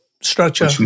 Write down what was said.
structure